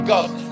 God